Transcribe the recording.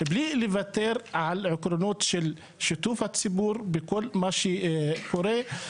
בלי לוותר על עקרונות של שיתוף הציבור בכל מה שקורה.